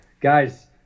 Guys